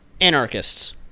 anarchists